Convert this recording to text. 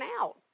out